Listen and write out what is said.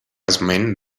esment